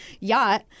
yacht